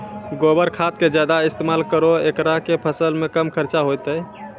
गोबर खाद के ज्यादा इस्तेमाल करौ ऐकरा से फसल मे कम खर्च होईतै?